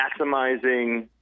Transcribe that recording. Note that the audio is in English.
maximizing